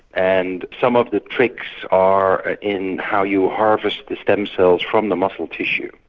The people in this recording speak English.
and some of the tricks are in how you harvest the stem cells from the muscle tissue.